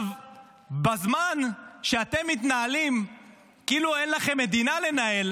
בזמן שאתם מתנהלים כאילו אין לכם מדינה לנהל,